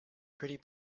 pretty